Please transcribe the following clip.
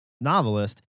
novelist